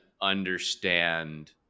understand